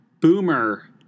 Boomer